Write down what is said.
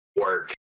work